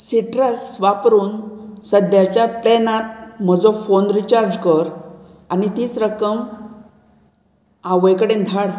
citrus वापरून सद्याच्या प्लॅनांत म्हजो फोन रिचार्ज कर आनी तीच रक्कम आवय कडेन धाड